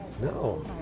No